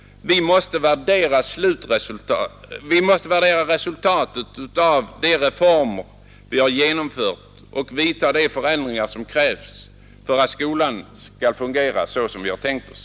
Vi måste värdera resultatet av de reformer vi har genomfört och vidta de förändringar som krävs för att skolan skall fungera som vi tänkt oss.